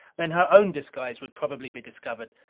then her own disguise would probably be discovered.